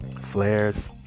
flares